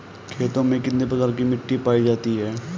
खेतों में कितने प्रकार की मिटी पायी जाती हैं?